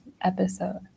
episode